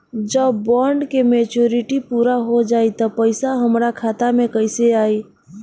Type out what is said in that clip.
जब बॉन्ड के मेचूरिटि पूरा हो जायी त पईसा हमरा खाता मे कैसे आई?